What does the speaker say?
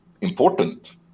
important